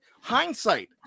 hindsight